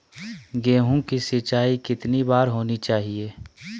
गेहु की सिंचाई कितनी बार होनी चाहिए?